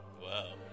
Wow